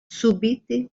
subite